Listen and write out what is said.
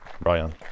brian